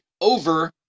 over